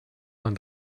man